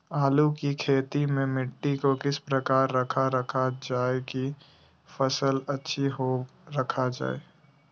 आलू की खेती में मिट्टी को किस प्रकार रखा रखा जाए की फसल अच्छी होई रखा जाए?